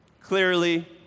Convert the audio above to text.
Clearly